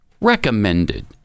recommended